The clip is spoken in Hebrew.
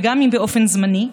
גם אם באופן זמני,